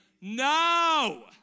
no